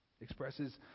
Expresses